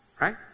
Right